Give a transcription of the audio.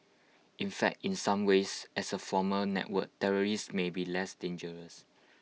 in fact in some ways as A formal network terrorists may be less dangerous